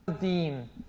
...dean